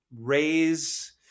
raise